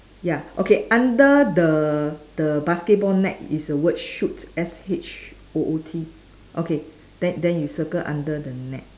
ya okay under the the basketball net is the word shoot S H O O T okay then then you circle under the net